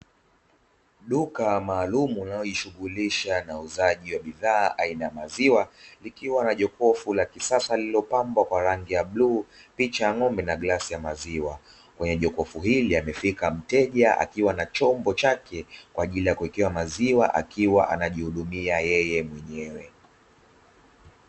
Duka maalumu linalojishughulisha na uuzaji wa bidhaa aina ya maziwa, likiwa na jokofu la kisasa lililopambwa kwa rangi ya bluu, picha ya ng'ombe na glasi ya maziwa, kwenye jokofu hili amefika mteja akiwa na chombo chake kwa ajili ya kuwekewa maziwa akiwa anajihudumia yeye mwenyewe.